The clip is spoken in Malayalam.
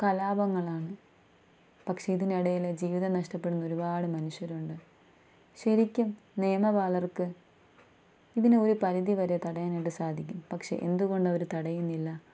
കലാപങ്ങളാണ് പക്ഷേ ഇതിനിടയിലെ ജീവിതം നഷ്ടപ്പെടുന്ന ഒരുപാട് മനുഷ്യരുണ്ട് ശരിക്കും നിയമപാലർക്ക് ഇതിനെയൊരു പരിധിവരെ തടയാനായിട്ട് സാധിക്കും പക്ഷേ എന്തുകൊണ്ട് അവര് തടയുന്നില്ല